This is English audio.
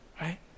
right